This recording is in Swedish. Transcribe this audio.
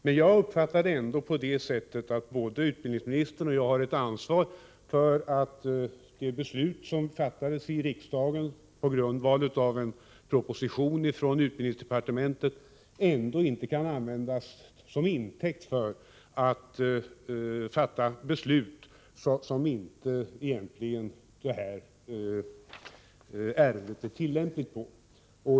Men jag uppfattar det ändå så att både utbildningsministern och jag har ett ansvar för att det beslut som fattats i riksdagen, på grundval av en proposition från utbildningsdepartementet, inte skall kunna användas som utgångspunkt när man fattar beslut i ärenden som detta riksdagsbeslut inte är tillämpligt på.